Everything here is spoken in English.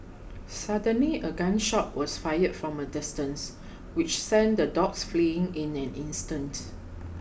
suddenly a gun shot was fired from a distance which sent the dogs fleeing in an instant